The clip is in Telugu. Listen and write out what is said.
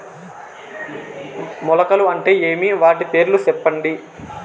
మొలకలు అంటే ఏమి? వాటి పేర్లు సెప్పండి?